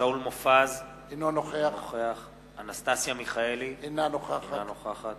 שאול מופז, אינו נוכח אנסטסיה מיכאלי, אינה נוכחת